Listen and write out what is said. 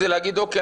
זה להגיד: אוקיי,